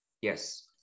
Yes